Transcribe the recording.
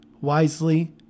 wisely